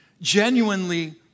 Genuinely